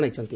ଜଣାଇଛନ୍ତି